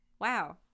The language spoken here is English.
wow